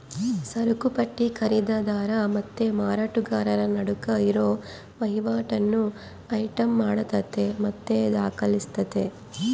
ಸರಕುಪಟ್ಟಿ ಖರೀದಿದಾರ ಮತ್ತೆ ಮಾರಾಟಗಾರರ ನಡುಕ್ ಇರೋ ವಹಿವಾಟನ್ನ ಐಟಂ ಮಾಡತತೆ ಮತ್ತೆ ದಾಖಲಿಸ್ತತೆ